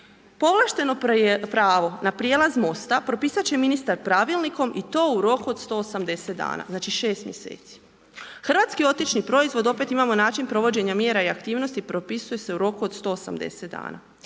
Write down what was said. Povlašteno pravo na prijelaz mosta propisat će ministar pravilnikom i to u roku od 180 dana. Znači 6 mjeseci. Hrvatski otočni proizvod opet imamo način provođenja mjera i aktivnosti propisuje se u roku od 180 dana.